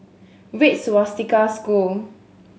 Red Swastika School